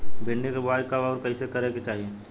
भिंडी क बुआई कब अउर कइसे करे के चाही?